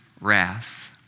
wrath